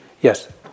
Yes